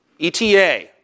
ETA